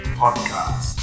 podcast